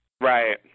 Right